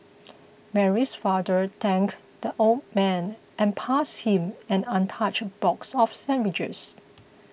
Mary's father thanked the old man and passed him an untouched box of sandwiches